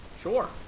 Sure